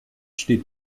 steht